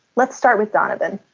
let's start with donovan.